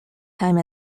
time